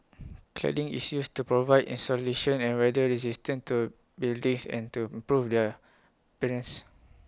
cladding is used to provide insulation and weather resistance to buildings and to improve their appearance